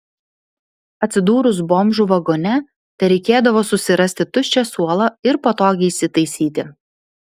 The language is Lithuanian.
atsidūrus bomžų vagone tereikėdavo susirasti tuščią suolą ir patogiai įsitaisyti